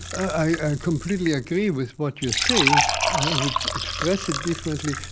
i completely agree with what you're saying. i would express it differently,